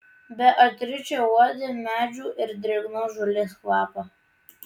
beatričė uodė medžių ir drėgnos žolės kvapą